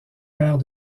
père